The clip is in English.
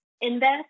invest